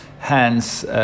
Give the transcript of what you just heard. Hence